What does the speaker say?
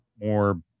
more